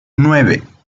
nueve